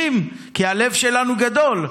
חותמים, כי הלב שלנו גדול.